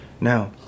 Now